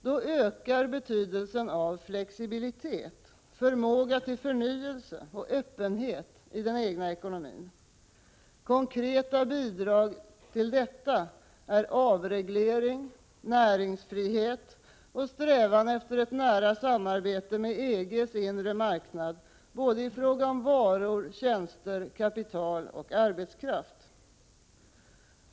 Då ökar betydelsen av flexibilitet, förmåga till förnyelse och öppenhet i den egna ekonomin. Konkreta bidrag till detta är avreglering, näringsfrihet och strävan efter ett nära samarbete med EG:s inre marknad både i fråga om varor, tjänster, kapital och arbetskraft.